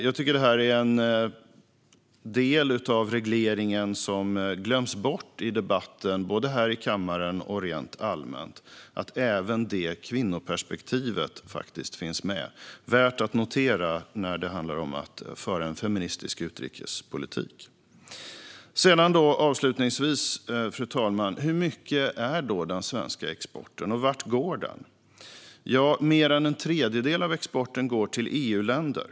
Jag tycker att en del av regleringen som glöms bort i debatten, både här i kammaren och rent allmänt, är att även detta kvinnoperspektiv ska finnas med. Det är värt att notera när det handlar om att föra en feministisk utrikespolitik. Avslutningsvis, fru talman: Hur stor är den svenska exporten, och vart går den? Mer än en tredjedel av exporten går till EU-länder.